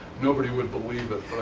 nobody would believe it.